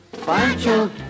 Pancho